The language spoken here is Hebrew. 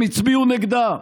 הם הצביעו נגדה,